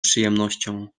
przyjemnością